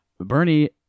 Bernie